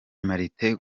martin